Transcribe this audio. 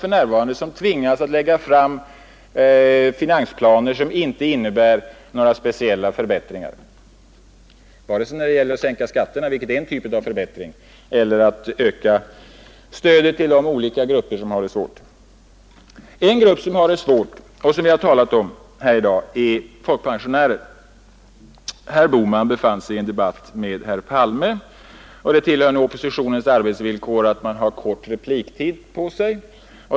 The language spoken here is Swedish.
Man tvingas för närvarande att lägga fram finansplaner som inte innebär några speciella förbättringar vare sig när det gäller att sänka skatterna, som är en typ av förbättring, eller att öka stödet till de olika grupper som har det svårt. En grupp som har det svårt och som vi har talat om här i dag är folkpensionärerna. Herr Bohman var i den frågan invecklad i en debatt med herr Palme, men det tillhör nu oppositionens arbetsvillkor att man har kort repliktid.